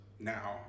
now